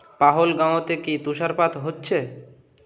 পাহলগাঁওতে কি তুষারপাত হচ্ছে